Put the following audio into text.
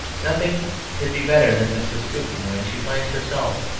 nothing could be better than mrs. skewton when she finds herself,